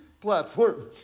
platform